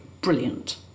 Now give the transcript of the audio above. brilliant